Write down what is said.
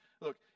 look